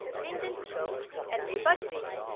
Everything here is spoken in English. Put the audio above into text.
change in scope and re-budgeting.